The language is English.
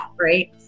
right